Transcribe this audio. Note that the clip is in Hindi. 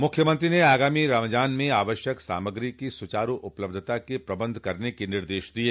मुख्यमंत्री ने आगामी रमजान में आवश्यक सामग्री की सुचारू उपलब्धता के प्रबंध करने के निर्देश दिये